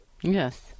Yes